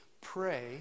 Pray